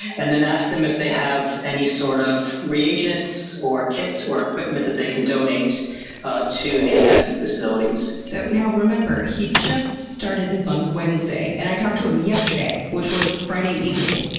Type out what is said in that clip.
and then asking them if they have any sort of reagents, or kits, or equipment that they can donate to these testing facilities. so now remember, he just started this on wednesday, and i talked to him yesterday, which was friday evening.